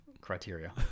Criteria